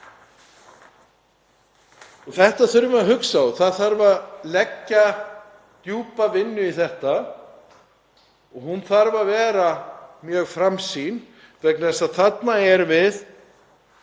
Þetta þurfum við að hugsa og það þarf að leggja djúpa vinnu í þetta. Hún þarf að vera mjög framsýn vegna þess að þarna erum við